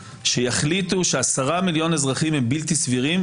שיחליטו שעשרה מיליון אזרחים הם בלתי סבירים,